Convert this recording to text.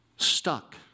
Stuck